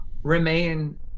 remain